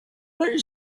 they